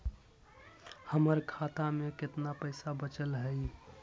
हमर खाता में केतना पैसा बचल हई?